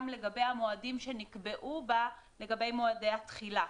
גם לגבי המועדים שנקבעו בה לגבי מועדי התחילה.